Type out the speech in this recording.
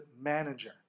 manager